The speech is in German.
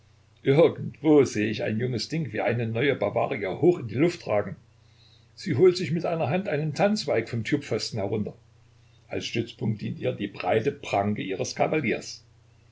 irgendwo sehe ich ein junges ding wie eine neue bavaria hoch in die luft ragen sie holt sich mit einer hand einen tannenzweig vom türpfosten herunter als stützpunkt dient ihr die breite pranke ihres kavaliers